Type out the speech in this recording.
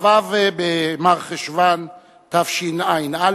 כ"ו במרחשוון תשע"א,